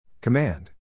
Command